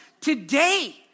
today